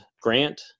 Grant